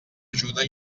ajuda